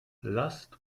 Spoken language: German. lasst